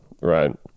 right